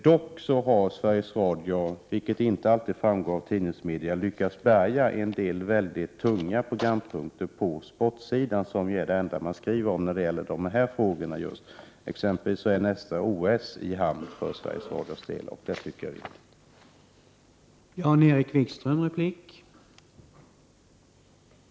Dock har Sveriges Radio, vilket inte alltid framgått av tidningsartiklar, lyckats bärga mycket s.k. tunga sportprogram, vilka är de enda som tidningarna skriver om när det gäller dessa frågor. Exempelvis är nästa OS i hamn för Sveriges Radio, och det tycker jag är viktigt.